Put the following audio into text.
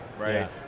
right